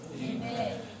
Amen